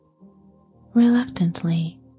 Reluctantly